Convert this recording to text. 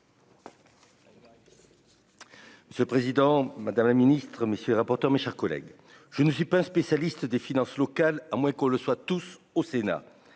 minutes. Ce président, madame la ministre, monsieur le rapporteur, mes chers collègues, je ne suis pas un spécialiste des finances locales, à moins que le soit tous au Sénat,